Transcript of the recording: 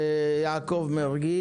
יעקב מרגי.